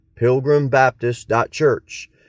pilgrimbaptist.church